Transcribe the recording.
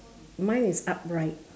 mine is upright